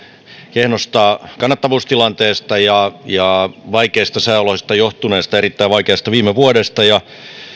kehnosta kannattavuustilanteesta ja ja vaikeista sääoloista johtuneesta erittäin vaikeasta viime vuodesta ja